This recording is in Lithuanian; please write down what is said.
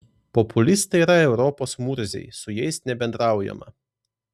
populistai yra europos murziai su jais nebendraujama